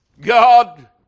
God